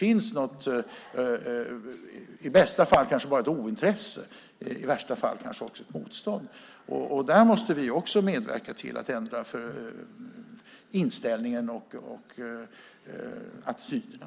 I bästa fall finns det bara ett ointresse, i värsta fall kanske också ett motstånd. Också där måste vi medverka till att ändra inställningen och attityderna.